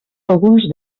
alguns